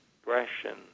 expression